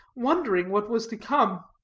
wondering what was to come.